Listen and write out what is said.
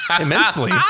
immensely